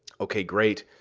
ok, great.